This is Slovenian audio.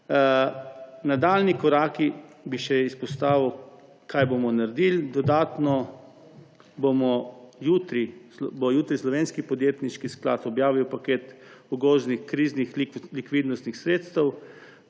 in prehrano. Izpostavil bi še, kaj bomo naredili. Dodatno bo jutri Slovenski podjetniški sklad objavil paket ugodnih kriznih likvidnostnih sredstev